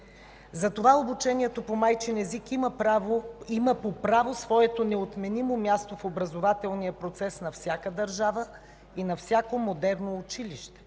Затова обучението по майчин език има по право своето неотменимо място в образователния процес на всяка държава и на всяко модерно училище.